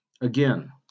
Again